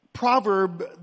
Proverb